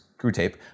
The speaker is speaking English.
Screwtape